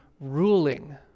ruling